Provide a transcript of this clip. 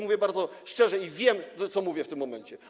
Mówię bardzo szczerze i wiem, co mówię w tym momencie.